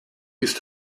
ist